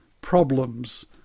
problems